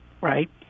right